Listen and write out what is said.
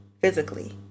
physically